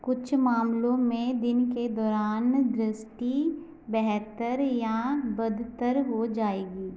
कुछ मामलों में दिन के दौरान दृष्टि बेहतर या बदतर हो जाएगी